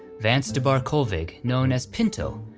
vance debar colvig, known as pinto,